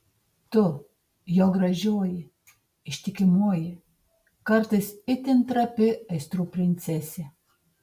tu jo gražioji ištikimoji kartais itin trapi aistrų princesė